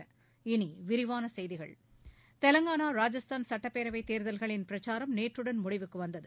இனி விரிவான செய்திகள் தெலங்கானா ராஜஸ்தான் சட்டப்பேரவைத் தேர்தல்களின் பிரச்சாரம் நேற்றுடன் முடிவுக்கு வந்தது